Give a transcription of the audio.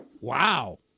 Wow